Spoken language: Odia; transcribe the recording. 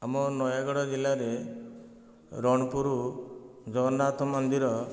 ଆମ ନୟାଗଡ଼ ଜିଲ୍ଲାରେ ରଣପୁର ଜଗନ୍ନାଥ ମନ୍ଦିର